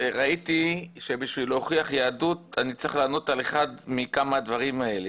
ראיתי שבשביל להוכיח יהדות אני צריך לענות על אחד מכמה דברים האלה,